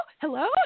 Hello